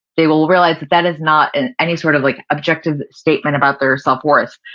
they will realize that that is not in any sort of like objective statement about their self worth,